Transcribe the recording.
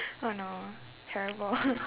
oh no terrible